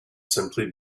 simply